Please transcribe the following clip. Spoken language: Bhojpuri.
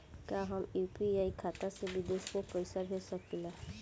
का हम यू.पी.आई खाता से विदेश में पइसा भेज सकिला?